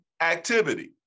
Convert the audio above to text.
activity